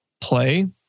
play